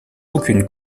aucune